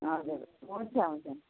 हजुर हुन्छ हुन्छ